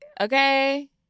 Okay